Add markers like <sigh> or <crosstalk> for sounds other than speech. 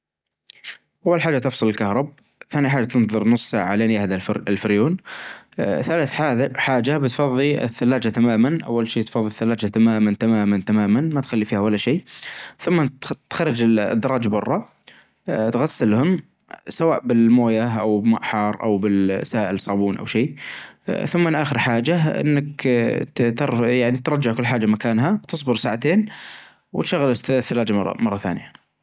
اول حاجة هتجيب سائل التنظيف. ثاني حاجة تتصبن الفرن كله. تعبيهم في سائل التنظيف هذا. تتركه لحظات او او دجايج عشان يتفاعل مع بعظه. ممكن تجيب ماي ساخن ماي حار <hesitation> تحطه في في الفرن من داخل تبدأ بخرجة نظيفة او حاجة <hesitation> جماشه او شيء وتمسح الزيادات ثمن تغسلها بموية